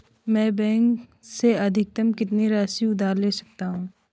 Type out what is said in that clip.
मैं बैंक से अधिकतम कितनी राशि उधार ले सकता हूँ?